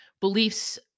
beliefs